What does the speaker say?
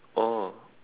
oh